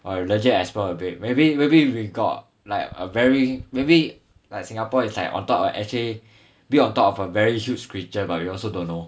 or we legit explore a bit maybe maybe we got like a very maybe like singapore is like on top of actually built on top of a very huge creature but you also don't know